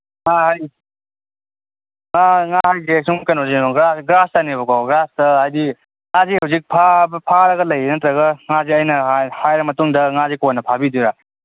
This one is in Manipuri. ꯉꯥ ꯉꯥ ꯍꯥꯏꯁꯦ ꯁꯨꯝ ꯀꯩꯅꯣ ꯒ꯭ꯔꯥꯁꯇꯅꯦꯕꯀꯣ ꯒ꯭ꯔꯥꯁꯇ ꯍꯥꯏꯗꯤ ꯉꯥꯁꯦ ꯍꯧꯖꯤꯛ ꯐꯥꯔꯒ ꯂꯩꯔꯤꯔ ꯅꯠꯇ꯭ꯔꯒ ꯉꯥꯁꯦ ꯑꯩꯅ ꯍꯥꯏ ꯃꯇꯨꯡꯗ ꯉꯥꯁꯦ ꯀꯣꯟꯅ ꯐꯥꯕꯤꯗꯣꯏꯔꯥ